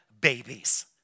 babies